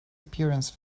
appearance